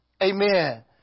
Amen